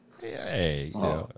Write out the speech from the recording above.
hey